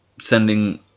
sending